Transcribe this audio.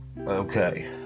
Okay